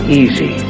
easy